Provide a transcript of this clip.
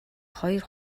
хоёр